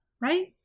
right